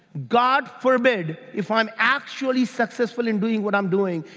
god forbid, if i'm actually successful in doing what i'm doing,